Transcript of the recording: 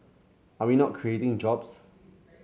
are we not creating jobs